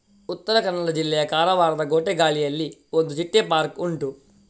ಉತ್ತರ ಕನ್ನಡ ಜಿಲ್ಲೆಯ ಕಾರವಾರದ ಗೋಟೆಗಾಳಿಯಲ್ಲಿ ಒಂದು ಚಿಟ್ಟೆ ಪಾರ್ಕ್ ಉಂಟು